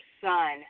son